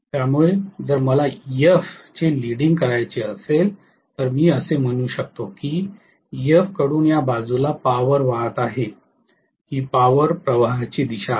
त्यामुळे जर मला ईएफचे Ef लीडीग करायचे असेल तर मी असे म्हणू शकतो की Ef कडून या बाजूला पॉवर वाहत आहे ही पॉवर प्रवाहाची दिशा आहे